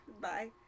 Bye